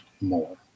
more